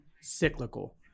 cyclical